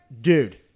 Dude